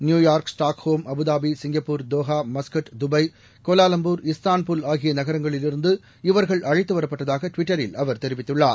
New York Stockholm Abu Dhabi Singapore Doha Muscat Dubai Kuala Lumpur Istanbul ஆகியநகரங்களில் இருந்து இவர்கள் அழைத்துவரப்பட்டதாகடுவிட்டரில் அவர் தெரிவித்துள்ளார்